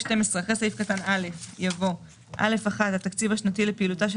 אחרי סעיף קטן (א) יבוא: "(א1) התקציב השנתי לפעילותה של